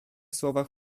słowach